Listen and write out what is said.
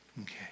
Okay